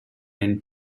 and